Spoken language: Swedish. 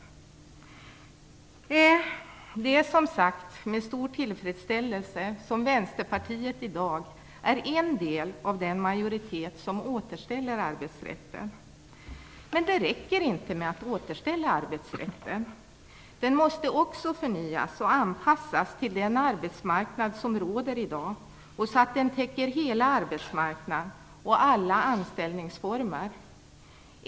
Det är, som sagt, med stor tillfredsställelse som Vänsterpartiet i dag är en del av den majoritet som återställer arbetsrätten. Men det räcker inte med att återställa. Arbetsrätten måste också förnyas och anpassas till den arbetsmarknad som råder i dag, så att den täcker hela arbetsmarknaden och alla anställningsformer.